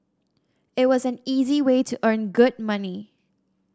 it was an easy way to earn good money